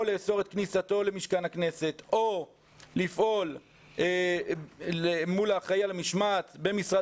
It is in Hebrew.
לאסור את כניסתו למשכן הכנסת או לפעול מול אחראי על המשמעת במשרד